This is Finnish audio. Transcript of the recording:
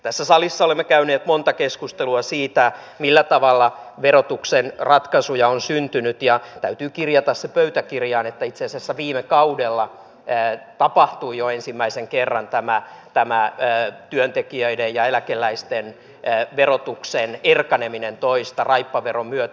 tässä salissa olemme käyneet monta keskustelua siitä millä tavalla verotuksen ratkaisuja on syntynyt ja täytyy kirjata se pöytäkirjaan että itse asiassa viime kaudella tapahtui jo ensimmäisen kerran tämä työntekijöiden ja eläkeläisten verotuksen erkaneminen toisistaan raippaveron myötä